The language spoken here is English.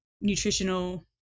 nutritional